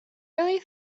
really